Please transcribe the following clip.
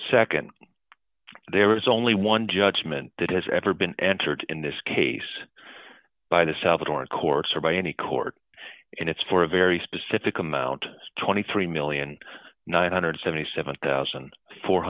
mcdonald's nd there is only one judgment that has ever been entered in this case by the salvadoran courts or by any court and it's for a very specific amount twenty three million nine hundred and seventy seven thousand four